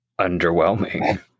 underwhelming